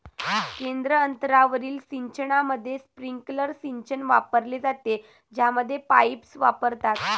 केंद्र अंतरावरील सिंचनामध्ये, स्प्रिंकलर सिंचन वापरले जाते, ज्यामध्ये पाईप्स वापरतात